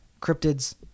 cryptids